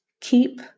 keep